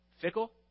fickle